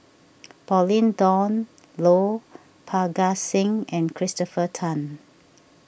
Pauline Dawn Loh Parga Singh and Christopher Tan